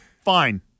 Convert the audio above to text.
fine